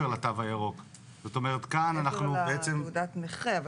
מעבר לתעודת נכה.